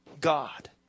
God